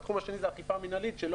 התחום השני זה האכיפה המינהלית.